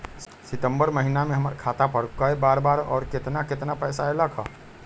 सितम्बर महीना में हमर खाता पर कय बार बार और केतना केतना पैसा अयलक ह?